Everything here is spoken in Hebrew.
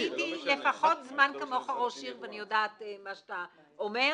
הייתי ראש עיר במשך זמן לפחות כמוך ואני יודעת מה שאתה אומר,